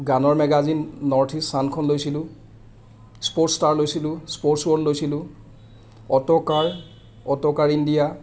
গানৰ magazine northeast চানখন লৈছিলোঁ স্পৰ্ষ্টছ ষ্টাৰ লৈছিলোঁ স্পৰ্ষ্টছ ৱৰ্ল্ড লৈছিলোঁ অট'কাৰ অট'কাৰ ইণ্ডিয়া